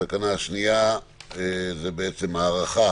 התקנה השנייה זה בעצם הארכה